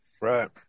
Right